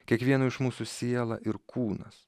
kiekvieno iš mūsų siela ir kūnas